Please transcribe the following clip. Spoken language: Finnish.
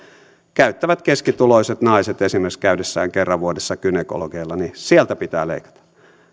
käyttävät lähinnä keskituloiset naiset käydessään esimerkiksi kerran vuodessa gynekologilla sieltä pitää leikata